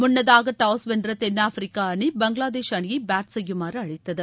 முன்னதாக டாஸ் வென்ற தென்னாட்பிரிக்கா அணி பங்காதேஷ் அணியை பேட் செய்யுமாறு அழைத்தது